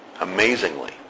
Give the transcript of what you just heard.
Amazingly